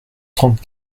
trente